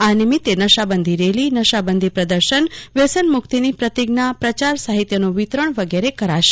આ નિમિત્તે નશાબંધી રેલી નશાબંધી પ્રદર્શન વ્યસન મુક્તિની પ્રતિજ્ઞા પ્રચાર સાહિત્યનું વિતરણ વિગેરે કરાશે